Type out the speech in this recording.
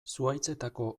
zuhaitzetako